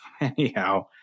anyhow